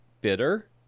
bitter